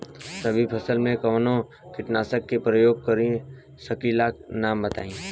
रबी फसल में कवनो कीटनाशक के परयोग कर सकी ला नाम बताईं?